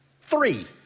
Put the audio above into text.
three